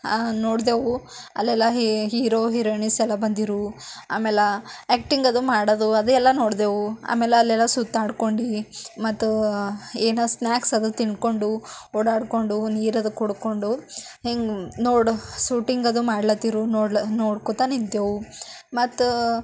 ನೋಡಿದೆವು ಅಲ್ಲೆಲ್ಲ hero heroines ಎಲ್ಲ ಬಂದಿದ್ರು ಆಮೇಲೆ ಆ್ಯಕ್ಟಿಂಗ್ ಅದು ಮಾಡೋದು ಅದು ಎಲ್ಲ ನೋಡಿದೆವು ಆಮೇಲೆ ಅಲ್ಲೆಲ್ಲ ಸುತ್ತಾಡ್ಕೊಂಡು ಮತ್ತು ಏನು ಸ್ನ್ಯಾಕ್ಸ್ ಅದು ತಿಂದ್ಕೊಂಡು ಓಡಾಡಿಕೊಂಡು ನೀರಿದೆ ಕುಡ್ಕೊಂಡು ಹಿಂಗೆ ನೋಡಿ ಸೂಟಿಂಗ್ ಅದು ಮಾಡ್ಲತ್ತಿದ್ರು ನೋಡ್ಲ ನೋಡ್ಕೊಳ್ತಾ ನಿಂತೆವು ಮತ್ತು